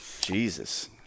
jesus